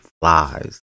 flies